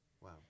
Wow